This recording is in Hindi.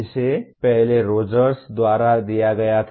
इससे पहले रोजर्स द्वारा दिया गया था